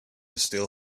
still